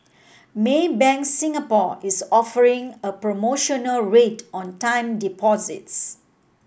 Maybank Singapore is offering a promotional rate on time deposits